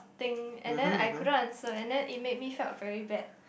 thing and then I couldn't answer and then it make me felt very bad